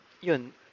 yun